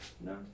No